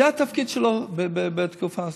זה התפקיד שלו בתקופה הזאת,